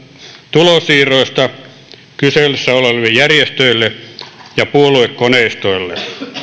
tulonsiirroista kyseessä oleville järjestöille ja puoluekoneistoille